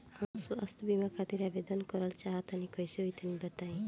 हम स्वास्थ बीमा खातिर आवेदन करल चाह तानि कइसे होई तनि बताईं?